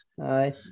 Hi